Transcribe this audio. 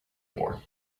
more